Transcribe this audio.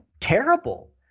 terrible